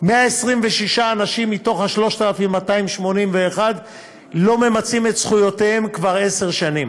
126 אנשים מתוך ה-3,281 לא ממצים את זכויותיהם כבר עשר שנים.